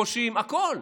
פושעים והכול,